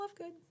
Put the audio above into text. Lovegood